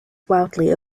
wildly